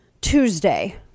Tuesday